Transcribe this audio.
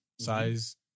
size